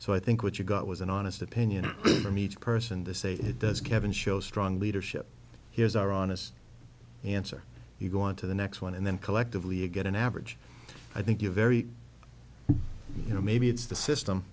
so i think what you got was an honest opinion from each person they say it does kevin show strong leadership here's our honest answer you go on to the next one and then collectively it get an average i think you very you know maybe it's the system